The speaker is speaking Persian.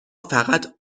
فقط